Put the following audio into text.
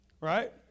Right